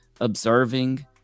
observing